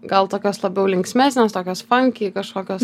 gal tokios labiau linksmesnės tokios fanki kažkokios